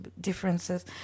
differences